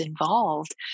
involved